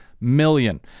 million